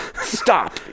Stop